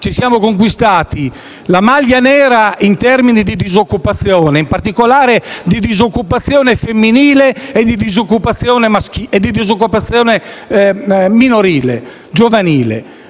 abbiamo conquistato la maglia nera in termini di disoccupazione: in particolare di disoccupazione femminile e di disoccupazione giovanile.